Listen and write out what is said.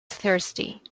thirsty